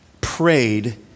prayed